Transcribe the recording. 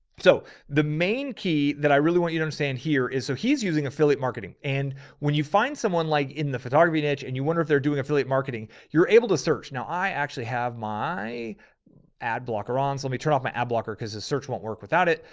so the main key that i really want you to understand and here is so he's using affiliate marketing. and when you find someone like in the photography niche, and you wonder if they're doing affiliate marketing, you're able to search. now, i actually have my ad blocker on, so let me turn off my ad blocker cause this search won't work without it.